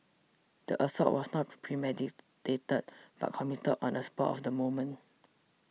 the assault was not premeditated but committed on a spur of the moment